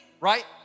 right